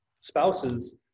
spouses